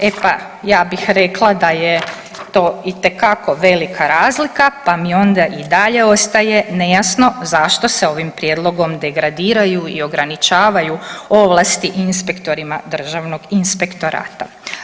E pa ja bih rekla da je to itekako velika razlika pa mi onda i dalje ostaje nejasno zašto se ovim prijedlogom degradiraju i ograničavaju ovlasti inspektorima Državnog inspektorata.